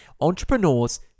entrepreneurs